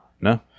No